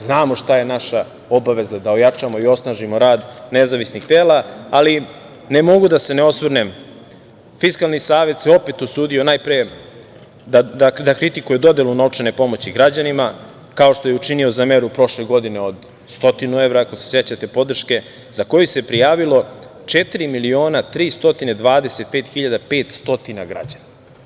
Znamo šta je naša obaveza da ojačamo i osnažimo rad nezavisnih tela, ali ne mogu da se ne osvrnem Fiskalni savet se opet usudio najpre da kritikuje dodelu novčane pomoći građanima, kao što je učinio za meru prošle godine od 100 evra podrške, ako se sećate, za koju se prijavilo 4.325.500 građana.